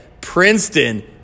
Princeton